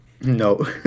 No